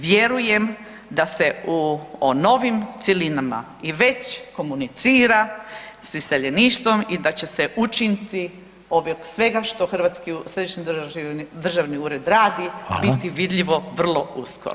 Vjerujem da se o novim cjelinama i već komunicira s iseljeništvom i da će se učinci ovog svega što državni, središnji državni ured radi [[Upadica: Hvala.]] biti vidljivo vrlo uskoro.